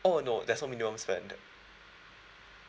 oh no there's no minimum spend